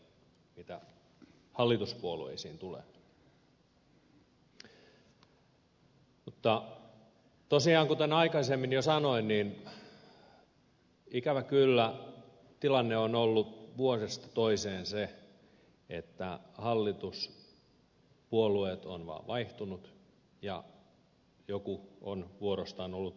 mutta tosiaan kuten aikaisemmin jo sanoin ikävä kyllä tilanne on ollut vuodesta toiseen se että hallituspuolueet ovat vaan vaihtuneet ja joku on vuorostaan ollut oppositiossa